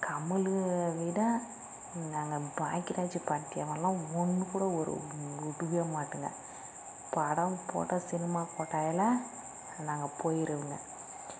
கமல் விட நாங்கள் பாக்கியராஜ் படத்தையும்மெல்லாம் ஒன்றுகூட ஒரு விடுவே மாட்டோம்ங்க படம் போட்டால் சினிமா கொட்டாயில் நாங்கள் போய்ருவங்க